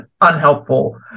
unhelpful